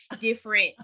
different